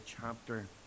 chapter